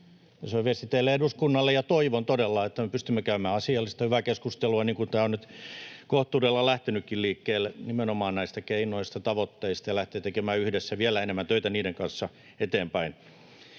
se on viesti teille eduskunnalle, ja toivon todella, että me pystymme käymään asiallista ja hyvää keskustelua — niin kuin tämä on nyt kohtuudella lähtenytkin liikkeelle — nimenomaan näistä keinoista, tavoitteista, ja lähtemään tekemään yhdessä vielä enemmän töitä niiden kanssa eteenpäin.